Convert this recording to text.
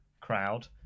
crowd